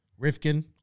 Rifkin